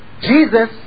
Jesus